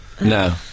No